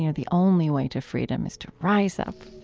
you know the only way to freedom is to rise up.